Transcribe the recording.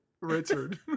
richard